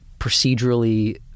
procedurally